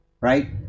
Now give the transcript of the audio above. right